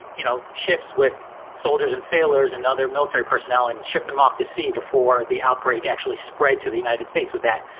you know, ships with soldiers and sailors? another. military personnel and ship them off to sea before the outbreak actually spread to the united states with that.